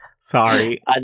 Sorry